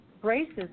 braces